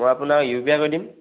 মই আপোনাৰ U P I কৰি দিম